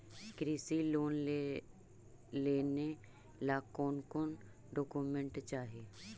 कृषि लोन लेने ला कोन कोन डोकोमेंट चाही?